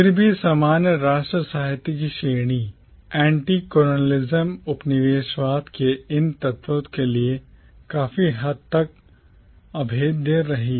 फिर भी सामान्य राष्ट्र साहित्य की श्रेणी anti colonialism उपनिवेशवाद के इन तत्वों के लिए काफी हद तक अभेद्य रही